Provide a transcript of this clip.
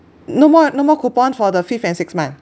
no more no more coupon for the fifth and sixth month